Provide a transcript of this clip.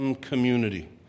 community